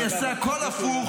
אני אעשה הכול הפוך,